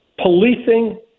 policing